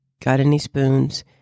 gotanyspoons